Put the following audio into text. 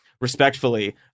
respectfully